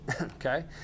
okay